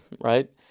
right